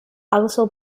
also